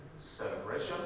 Celebration